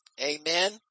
Amen